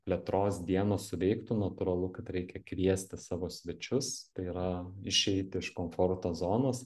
plėtros dienos suveiktų natūralu kad reikia kviesti savo svečius tai yra išeiti iš komforto zonos